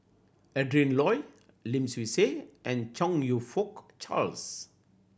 Adrin Loi Lim Swee Say and Chong You Fook Charles